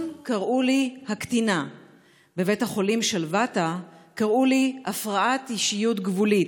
קראו לי "הקטינה"; בבית החולים שלוותה קראו לי "הפרעת אישיות גבולית,